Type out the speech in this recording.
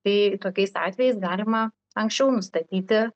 tai tokiais atvejais galima anksčiau nustatyti